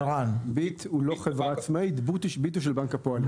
"ביט" לא חברה עצמאית, היא של בנק הפועלים.